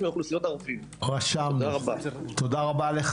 תודה רבה.